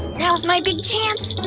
now's my big chance!